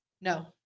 No